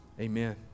Amen